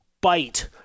bite –